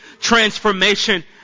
transformation